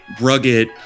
rugged